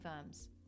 firms